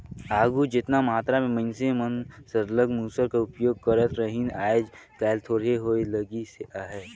आघु जेतना मातरा में मइनसे मन सरलग मूसर कर उपियोग करत रहिन आएज काएल थोरहें होए लगिस अहे